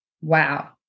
wow